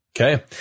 Okay